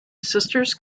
sisters